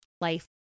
life